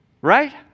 right